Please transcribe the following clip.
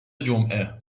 جمعه